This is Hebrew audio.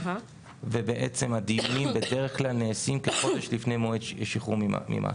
בעצם הדיונים בדרך כלל נעשים כחודש לפני מועד שחרור ממאסר.